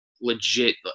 legit